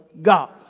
God